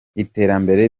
iterambere